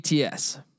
ATS